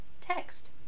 text